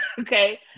okay